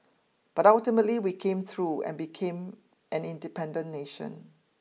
but ultimately we came through and became an independent nation